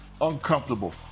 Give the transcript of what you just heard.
uncomfortable